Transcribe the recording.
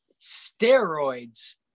steroids